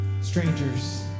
strangers